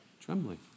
trembling